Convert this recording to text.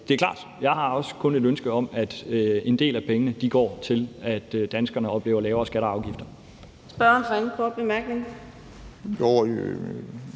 det er klart. Jeg har også kun et ønske om, at en del af pengene går til, at danskerne oplever lavere skatter og afgifter. Kl. 11:00 Fjerde næstformand